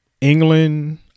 England